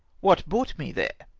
what brought me there?